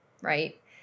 right